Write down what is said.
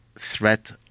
threat